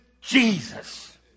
Jesus